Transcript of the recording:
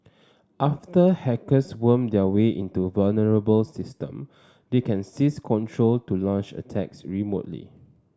after hackers worm their way into vulnerable system they can seize control to launch attacks remotely